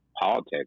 politics